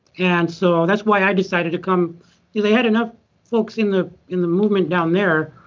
and so that's why i decided to come they had enough folks in the in the movement down there,